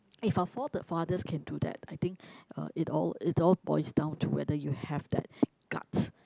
uh if our forefather can do that I think uh it all it all points down to whether you have that guts